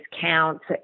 Counts